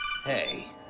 Hey